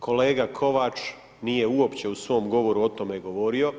Kolega Kovač nije uopće u svom govoru o tome govorio.